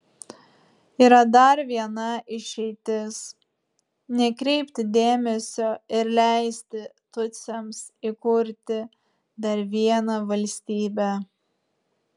yra dar viena išeitis nekreipti dėmesio ir leisti tutsiams įkurti dar vieną valstybę